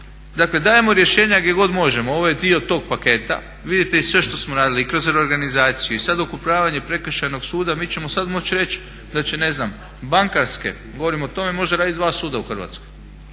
dakle dajemo rješenja gdje god možemo. Ovo je dio tog paketa. Vidite i sve što smo radili i kroz reorganizaciju i sad okrupnjavanje Prekršajnog suda mi ćemo sad moći reći da će ne znam bankarske, govorim o tome, možda raditi dva suda u Hrvatskoj,